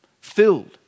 filled